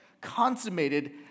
consummated